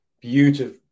beautiful